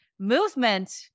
Movement